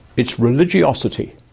it's religiosity.